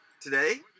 Today